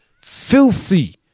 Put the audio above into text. filthy